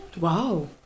Wow